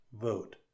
vote